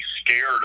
scared